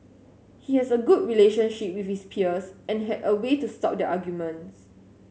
he has a good relationship with his peers and had a way to stop their arguments